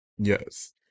Yes